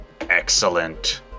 Excellent